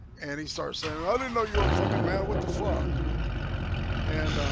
and he starts saying i didn't know you were a fucking man. what the fuck and